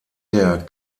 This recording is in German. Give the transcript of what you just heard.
der